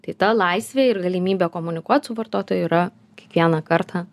tai ta laisvė ir galimybė komunikuot su vartotoju yra kiekvieną kartą